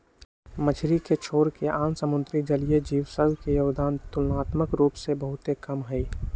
मछरी के छोरके आन समुद्री जलीय जीव सभ के जोगदान तुलनात्मक रूप से बहुते कम हइ